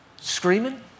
screaming